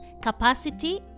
capacity